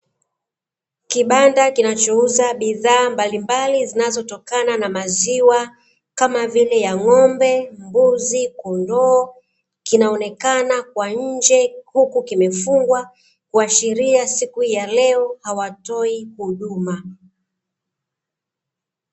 Kibanda kinacho uza bidhaa mbalimbali zinazo tokana na maziwa kama vile ya ng'ombe, Mbuzi, Kondoo kinaonekana kwa nje huku kimefungwa kuashiria siku ya leo hawatoi huduma.